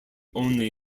only